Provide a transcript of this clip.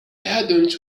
hadn’t